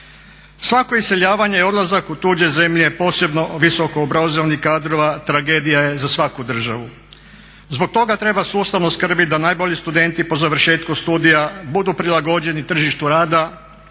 Svako iseljavanje i odlazak u tuđe zemlje posebno visoko obrazovanih kadrova tragedija je za svaku državu. Zbog toga treba sustavno skrbiti da najbolji studenti po završetku studija budu prilagođeni tržištu rada,